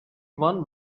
one